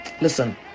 listen